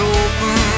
open